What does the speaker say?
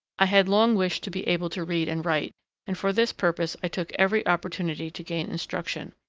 i had long wished to be able to read and write and for this purpose i took every opportunity to gain instruction,